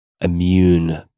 immune